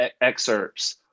excerpts